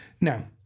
Now